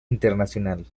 internacional